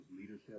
leadership